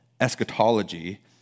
eschatology